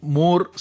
more